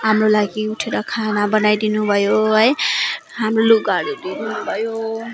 हाम्रो लागि उठेर खाना बनाइदिनु भयो है हाम्रो लुगाहरू धुइदिनुभयो